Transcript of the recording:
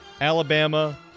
Alabama